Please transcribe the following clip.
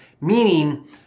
Meaning